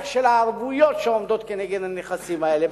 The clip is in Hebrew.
של הערבויות שעומדות כנגד הנכסים האלה,